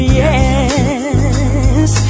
yes